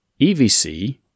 EVC